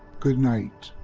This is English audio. goodnight.